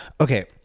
okay